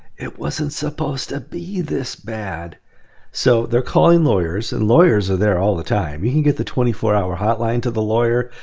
it wasn't supposed to be this bad so they're calling lawyers and lawyers are there all the time. you can get the twenty four hour hotline to the lawyer.